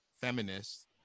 feminists